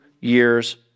years